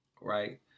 Right